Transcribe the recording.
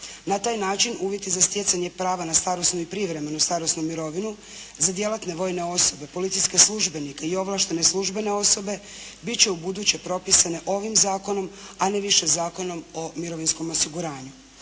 Na taj način uvjeti za stjecanje prava na starosnu i prijevremenu starosnu mirovinu za djelatne vojne osobe, policijske službenike i ovlaštene službene osobe bit će ubuduće propisane ovim zakonom, a ne više Zakonom o mirovinskom osiguranju.